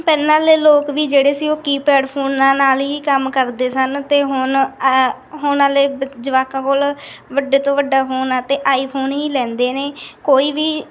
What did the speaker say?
ਪਹਿਲਾ ਵਾਲੇ ਲੋਕ ਵੀ ਜਿਹੜੇ ਸੀ ਉਹ ਕੀਪੈਡ ਫੋਨਾਂ ਨਾਲ ਹੀ ਕੰਮ ਕਰਦੇ ਸਨ ਅਤੇ ਹੁਣ ਹੁਣ ਵਾਲੇ ਬ ਜਵਾਕਾਂ ਕੋਲ ਵੱਡੇ ਤੋਂ ਵੱਡਾ ਫੋਨ ਆ ਅਤੇ ਆਈਫੋਨ ਹੀ ਲੈਂਦੇ ਨੇ ਕੋਈ ਵੀ